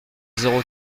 zéro